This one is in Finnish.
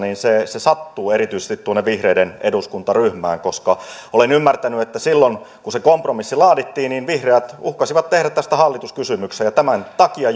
sattuu erityisesti tuonne vihreiden eduskuntaryhmään koska olen ymmärtänyt että silloin kun se kompromissi laadittiin vihreät uhkasivat tehdä tästä hallituskysymyksen ja tämän takia